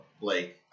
Blake